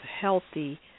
healthy